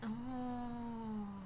orh